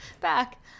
Back